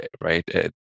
right